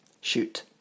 Shoot